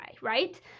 right